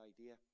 idea